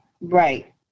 Right